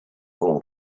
all